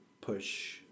Push